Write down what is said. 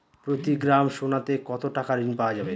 প্রতি গ্রাম সোনাতে কত টাকা ঋণ পাওয়া যাবে?